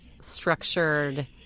structured